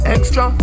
Extra